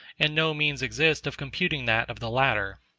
and no means exist of computing that of the latter.